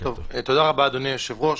תודה רבה, אדוני היושב-ראש.